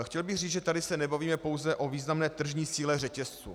Chtěl bych říct, že tady se nebavíme pouze o významné tržní síle řetězců.